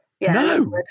No